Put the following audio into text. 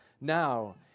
now